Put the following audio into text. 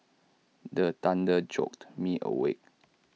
the thunder jolt me awake